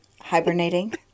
Hibernating